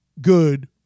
good